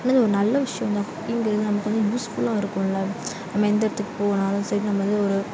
இல்லைங்க ஒரு நல்ல விஷயம் தான் இங்க நமக்கு வந்து யூஸ்ஃபுல்லாக இருக்கும்ல நம்ம எந்த இடத்துக்கு போனாலும் சரி நம்ம வந்து ஒரு